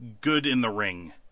good-in-the-ring